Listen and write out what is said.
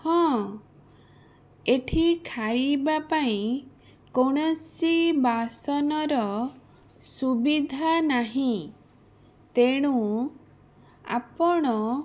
ହଁ ଏଇଠି ଖାଇବା ପାଇଁ କୌଣସି ବାସନ ର ସୁବିଧା ନାହିଁ ତେଣୁ ଆପଣ